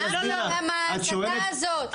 למה ההתקפה הזאת?